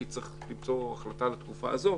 כי צריך החלטה לתקופה לזו,